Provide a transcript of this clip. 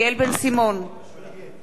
נגד רוני בר-און,